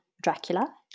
Dracula